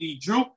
Drew